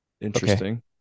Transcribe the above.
Interesting